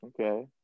Okay